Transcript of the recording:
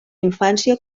infància